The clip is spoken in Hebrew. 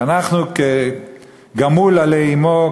ואנחנו כ"גמֻל עלי אמו,